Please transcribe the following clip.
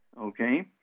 okay